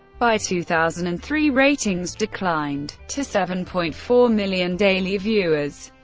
by two thousand and three, ratings declined to seven point four million daily viewers.